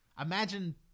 imagine